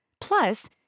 Plus